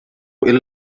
إلى